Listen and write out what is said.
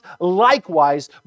likewise